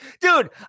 dude